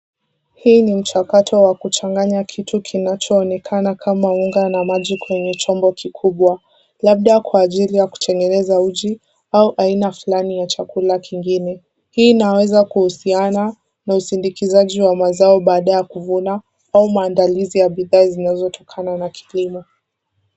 Hii ni mchakato wa kuchanganya kitu kinachoonekana kama unga na maji kwenye chombo kikubwa. Labda kwa ajili ya kutengeneza uji au aina fulani ya chakula kingine. Hii inaweza kuhusiana na usindikizaji wa mazao baada ya kuvuna au maandalizi ya bidhaa zinazotokana na kilimo.